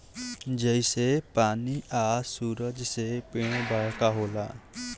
जइसे पानी आ सूरज से पेड़ बरका होला